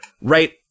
right